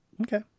Okay